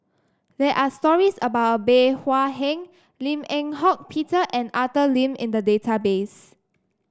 there are stories about Bey Hua Heng Lim Eng Hock Peter and Arthur Lim in the database